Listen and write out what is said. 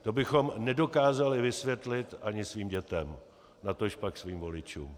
To bychom nedokázali vysvětlit ani svým dětem, natožpak svým voličům.